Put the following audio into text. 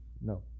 No